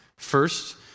First